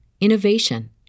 innovation